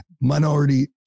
minority